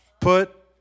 put